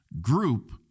group